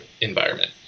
environment